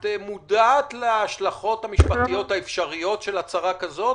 את מודעת להשלכות המשפטיות האפשריות של הצהרה כזאת?